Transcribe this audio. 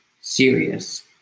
serious